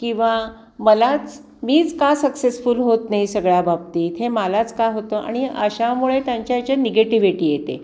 किंवा मलाच मीच का सक्सेसफुल होत नाही सगळ्याबाबतीत हे मलाच का होतं आणि अशामुळे त्यांच्या याच्यात निगेटिविटी येते